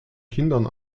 kindern